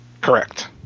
Correct